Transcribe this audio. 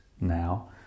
now